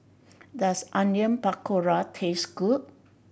does Onion Pakora taste good